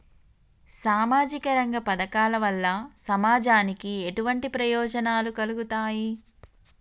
సామాజిక రంగ పథకాల వల్ల సమాజానికి ఎటువంటి ప్రయోజనాలు కలుగుతాయి?